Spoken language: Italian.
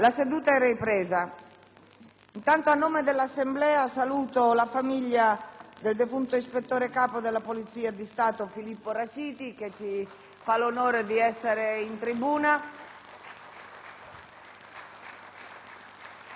una nuova finestra"). A nome dell'Assemblea saluto la famiglia del defunto ispettore capo della Polizia di Stato Filippo Raciti, che ci fa l'onore di essere in tribuna*.